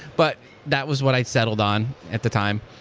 but that was what i settled on at the time.